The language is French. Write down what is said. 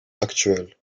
actuelle